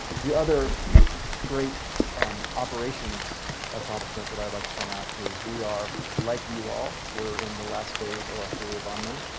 the other great operations accomplishment that i'd like to point out is we are like you all were in the last phase of our three bond money.